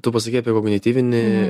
tu pasakei apie kognityvinį